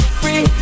free